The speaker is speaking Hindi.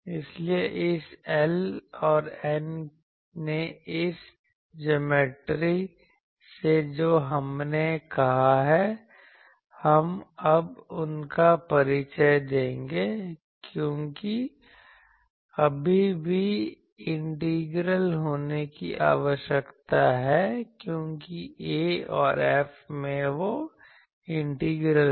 इसलिए इस L और N ने इस ज्योमेट्री से जो हमने कहा है हम अब उनका परिचय देंगे क्योंकि अभी भी इंटीग्रल होने की आवश्यकता है क्योंकि A और F में वो इंटीग्रल हैं